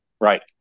Right